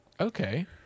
Okay